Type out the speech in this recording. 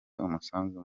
umusanzu